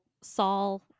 Saul